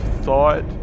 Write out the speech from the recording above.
thought